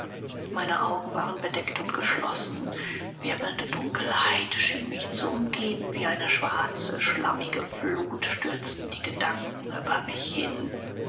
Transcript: meine augen waren bedeckt und geschlossen wirbelnde dunkelheit schien mich zu umgeben wie eine schwarze schlammige flut stürzten die gedanken über mich hin